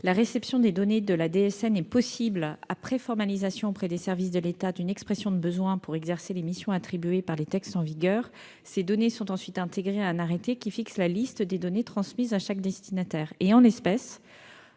La réception des données de la DSN est possible après formalisation auprès des services de l'État d'une expression du besoin pour exercer les missions attribuées par les textes en vigueur. Ces données sont ensuite intégrées à un arrêté qui fixe la liste des données transmises à chaque destinataire. En l'espèce,